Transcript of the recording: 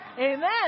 Amen